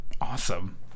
awesome